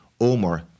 Omar